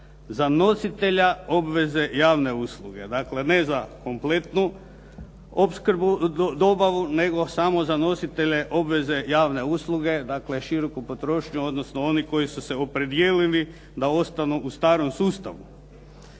za nositelja obveza javne usluge. Dakle, ne za kompletnu opskrbu, dobavu nego samo za nositelje obveze javne usluge, dakle široku potrošnju odnosno oni koji su se opredijelili da ostanu u starom sustavu.